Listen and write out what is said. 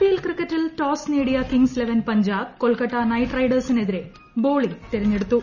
I P L ക്രിക്കറ്റിൽ toss നേടിയ Kings Eleven Punjab Kolkata Knight റൈഡേഴ്സിനെതിരെ ബോളിംഗ് തെരഞ്ഞെടുത്തു